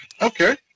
okay